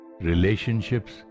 relationships